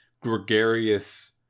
gregarious